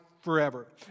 forever